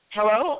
Hello